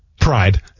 Pride